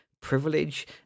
privilege